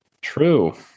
True